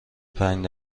پنج